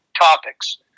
topics